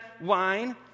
wine